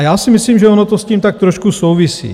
A já si myslím, že ono to s tím tak trošku souvisí.